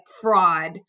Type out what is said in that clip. fraud